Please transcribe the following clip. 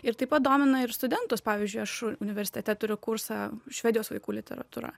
ir taip pat domina ir studentus pavyzdžiui aš universitete turiu kursą švedijos vaikų literatūra